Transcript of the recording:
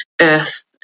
earth